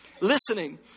Listening